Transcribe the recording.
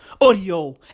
Audio